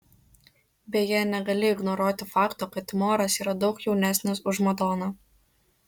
beje negali ignoruoti fakto kad timoras yra daug jaunesnis už madoną